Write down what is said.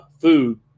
food